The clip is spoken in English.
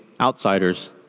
outsiders